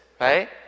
right